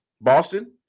Boston